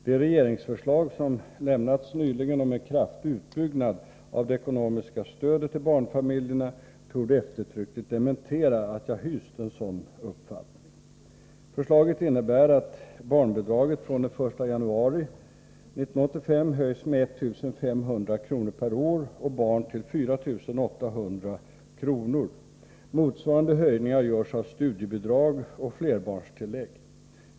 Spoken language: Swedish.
Det regeringsförslag som nyligen lämnats om en kraftig utbyggnad av det ekonomiska stödet till barnfamiljerna torde eftertryckligt dementera att jag hyst en sådan uppfattning. 129 Förslaget innebär att barnbidraget från den 1 januari 1985 höjs med 1 500 kr. per år och barn till 4 800 kr. Motsvarande höjningar görs av studiebidrag och flerbarnstillägg.